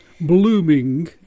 blooming